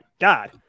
God